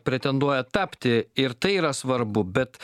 pretenduoja tapti ir tai yra svarbu bet